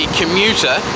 commuter